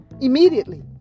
immediately